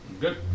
Good